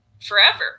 forever